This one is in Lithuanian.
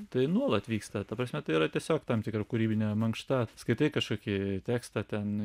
tai nuolat vyksta ta prasme tai yra tiesiog tam tikra kūrybinė mankšta skaitai kažkokį tekstą ten